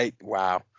Wow